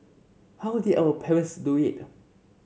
how did our parents do it